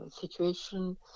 situation